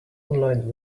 online